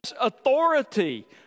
authority